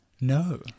No